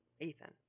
ethan